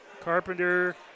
Carpenter